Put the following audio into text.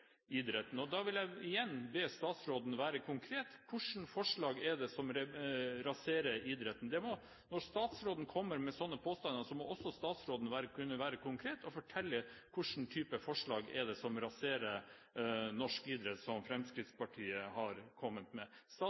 idretten. Da vil jeg igjen be statsråden være konkret: Hvilke forslag er det som raserer idretten? Når statsråden kommer med sånne påstander, må også statsråden kunne være konkret og fortelle hvilke typer forslag som Fremskrittspartiet har kommet med, som raserer norsk idrett.